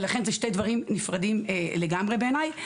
לכן אלה שני דברים נפרדים לגמרי בעיניי.